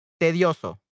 Tedioso